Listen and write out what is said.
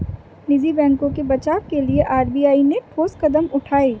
निजी बैंकों के बचाव के लिए आर.बी.आई ने ठोस कदम उठाए